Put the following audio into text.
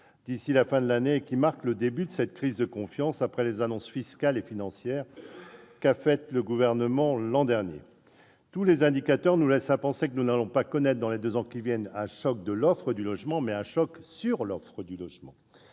d'ici à la fin de l'année et qui marque le début de cette crise de confiance après les annonces fiscales et financières qu'a faites le Gouvernement l'an dernier. Tous les indicateurs nous laissent à penser que nous allons connaître dans les deux ans qui viennent non pas un choc de l'offre, mais un choc sur l'offre de logements.